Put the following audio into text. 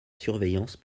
surveillance